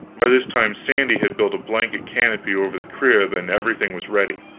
by this time sandy had built a blanket canopy over the crib, and everything was ready.